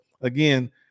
again